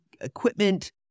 equipment